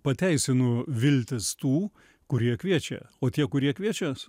pateisinu viltis tų kurie kviečia o tie kurie kviečias